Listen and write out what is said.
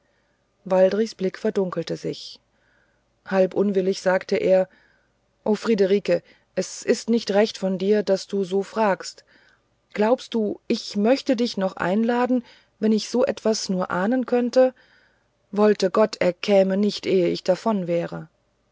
waldrichs blick verdunkelte sich halb unwillig sagte er o friederike es ist nicht recht von dir daß du so fragst glaubst du ich möchte dich noch einladen wenn ich so etwas nur ahnen könnte wollte gott er käme nicht ehe ich davon wäre